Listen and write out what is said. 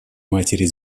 матери